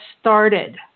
started